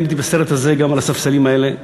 והייתי בסרט הזה גם על הספסלים האלה,